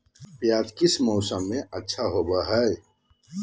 प्याज किस मौसम में अच्छा होता है?